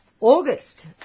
August